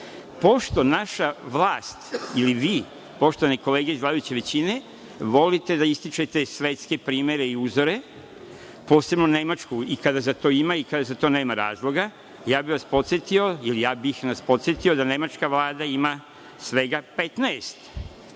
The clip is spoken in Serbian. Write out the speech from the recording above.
naša vlast ili vi, poštovane kolege iz vladajuće većine, volite da ističete svetske primere i uzore, posebno Nemačku, i kada za to ima i kada za to nema razloga, podsetio bih nas da nemačka Vlada ima svega 15